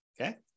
Okay